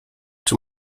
czy